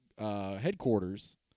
Headquarters